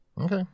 Okay